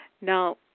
Now